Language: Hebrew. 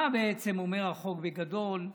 מה בעצם אומר החוק, בגדול?